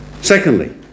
secondly